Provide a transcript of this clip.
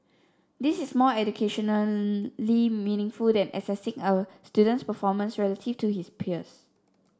this is more educationally meaningful than assessing a student's performance relative to his peers